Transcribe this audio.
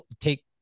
take